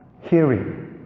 hearing